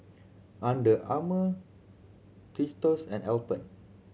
Under Armour Tostitos and Alpen